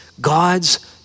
God's